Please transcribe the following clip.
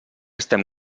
estem